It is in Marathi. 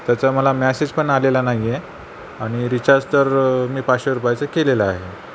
त्याचा मला मॅसेजपण आलेला नाही आहे आणि रिचार्ज तर मी पाचशे रुपयाचा केलेला आहे